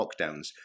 lockdowns